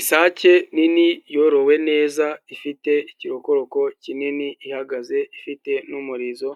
Isake nini yorowe neza ifite ikirokoroko kinini ihagaze ifite n'umurizo